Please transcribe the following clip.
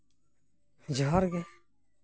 ᱡᱚᱦᱟᱨ ᱜᱮ